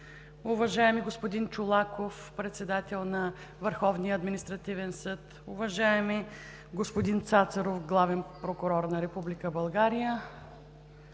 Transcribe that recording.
уважаеми господин Чолаков – председател на Върховния административен съд, уважаеми господин Цацаров – главен прокурор на Република България!